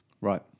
Right